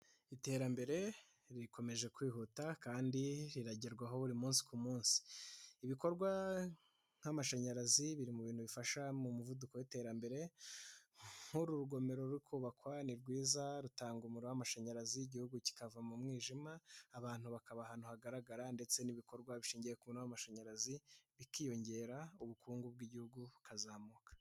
Iterambere rikomeje kwihuta kandi riragerwaho buri munsi ku munsi, ibikorwa nk'amashanyarazi biri mu bintu bifasha mu muvuduko w'iterambere, nk'uru rugomero ruri kubakwa ni rwiza, rutanga umuriro w'amashanyarazi igihugu kikava mu mwijima, abantu bakaba ahantu hagaragara ndetse n'ibikorwa bishingiye ku muriro w'amashanyarazi bikiyongera, ubukungu bw'igihugu bukazamuka.